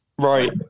right